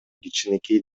кичинекей